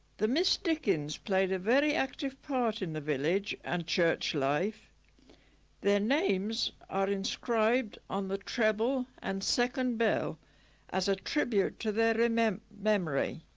the miss dickins played a very active part in the village and church life their names are inscribed on the treble and second bell as a tribute to their ah memory memory